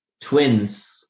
twins